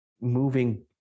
moving